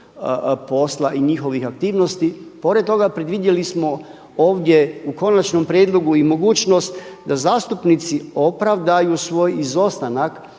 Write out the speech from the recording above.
posla i njihovih aktivnosti. Pored toga predvidjeli smo ovdje u konačnom prijedlogu i mogućnost da zastupnici opravdaju svoj izostanak